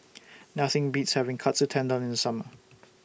Nothing Beats having Katsu Tendon in The Summer